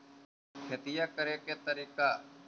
खेतिया करेके के तारिका?